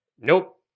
Nope